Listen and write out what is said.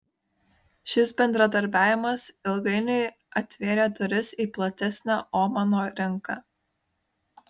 šis bendradarbiavimas ilgainiui atvėrė duris į platesnę omano rinką